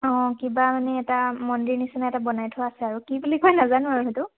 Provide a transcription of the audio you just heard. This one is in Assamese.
অঁ কিবা মানে এটা মন্দিৰ নিচিনা এটা বনাই থোৱা আছে আৰু কি বুলি কয় নাজানো আৰু সেইটো